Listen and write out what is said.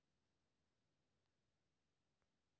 Debit card के सब ले सके छै?